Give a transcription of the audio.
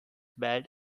bad